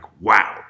wow